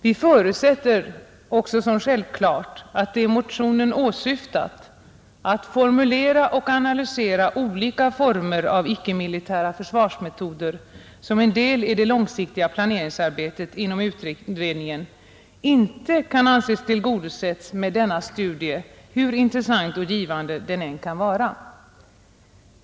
Vi förutsätter naturligtvis att det motionen åsyftat — att formulera och analysera olika former av icke-militära försvarsmetoder som en del i det långsiktiga planeringsarbetet inom utredningen — inte kan anses tillgodosett med denna studie, hur intressant och givande den än kan vara.